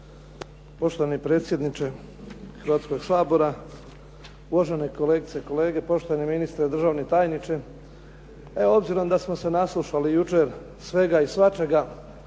Poštovani predsjedniče Hrvatskoga sabora, uvažene kolegice i kolege, poštovani ministre, državni tajniče. Evo, obzirom da smo se naslušali jučer svega i svačega